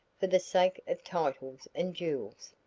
for the sake of titles and jewels.